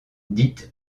dite